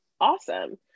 Awesome